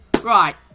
Right